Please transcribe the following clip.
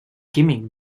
químic